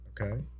okay